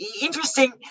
interesting